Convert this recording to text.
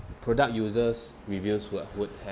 product users reveals what would have